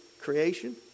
creation